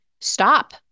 Stop